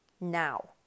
now